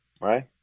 right